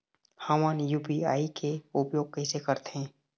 हमन यू.पी.आई के उपयोग कैसे करथें?